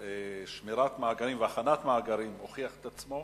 שמירת מאגרים והכנת מאגרים הוכיח את עצמו.